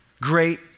Great